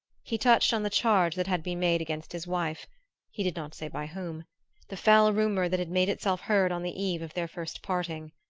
he touched on the charge that had been made against his wife he did not say by whom the foul rumor that had made itself heard on the eve of their first parting.